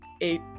eight